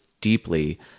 deeply